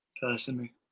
personally